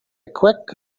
quick